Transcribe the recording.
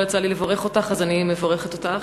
לא יצא לי לברך אותך, אז אני מברכת אותך.